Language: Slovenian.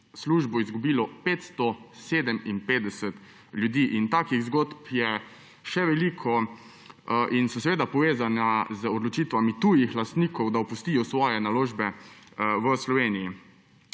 službo izgubilo 557 ljudi. Takih zgodb je še veliko in so povezane z odločitvami tujih lastnikov, da opustijo svoje naložbe v Sloveniji.